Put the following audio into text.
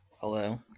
Hello